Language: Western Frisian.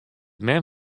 mem